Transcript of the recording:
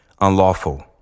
unlawful